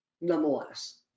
nonetheless